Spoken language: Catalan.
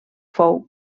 fou